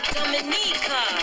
Dominica